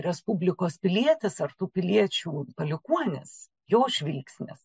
respublikos pilietis ar tų piliečių palikuonis jo žvilgsnis